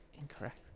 Incorrect